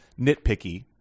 nitpicky